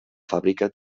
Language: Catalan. fàbrica